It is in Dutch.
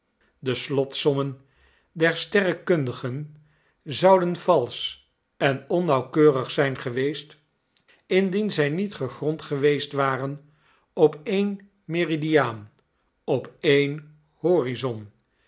de slotsommen der sterrekundigen zouden valsch en onnauwkeurig zijn geweest indien zij niet gegrond geweest waren op één meridiaan op één horizon